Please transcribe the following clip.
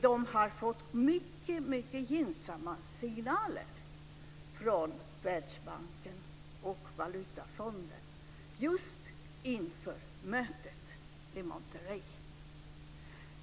De har fått mycket gynnsamma signaler från Världsbanken och Valutafonden just inför mötet i Monterrey.